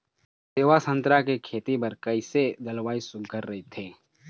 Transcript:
सेवा संतरा के खेती बर कइसे जलवायु सुघ्घर राईथे?